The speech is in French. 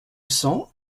cents